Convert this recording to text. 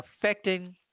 affecting